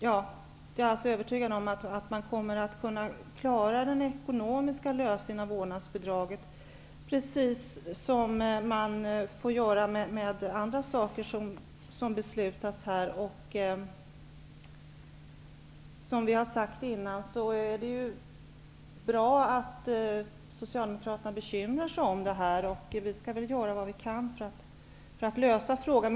Jag är alltså övertygad om att man kommer att klara den ekonomiska lösningen av vårdnadsbidraget, precis så som det måste ske med andra beslut som fattas. Det är bra att Socialdemokraterna bekymrar sig om detta. Vi skall göra vad vi kan för att lösa problemet.